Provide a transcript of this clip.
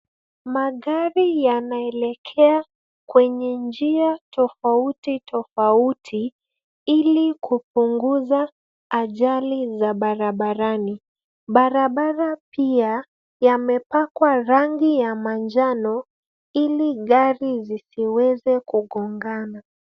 Magari yanaelekea kwenye njia tofauti tofauti, ili kupunguza ajali za barabarani. Barabara pia yamepakwa rangi ya manjano ili gari zisiweze kugongana.